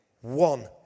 One